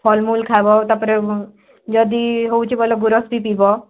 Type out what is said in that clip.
ଫଲମୂଳ୍ ଖାଇବ ତାପରେ ଯଦି ହେଉଛି ବୋଲେ ଗୋରସ୍ ବି ପିଇବ